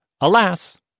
Alas